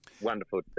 wonderful